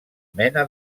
mena